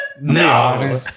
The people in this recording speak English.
No